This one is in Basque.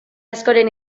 askoren